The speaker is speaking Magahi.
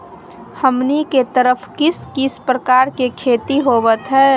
हमनी के तरफ किस किस प्रकार के खेती होवत है?